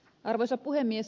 arvoisa puhemies